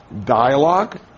dialogue